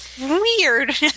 Weird